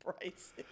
prices